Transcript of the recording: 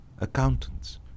accountants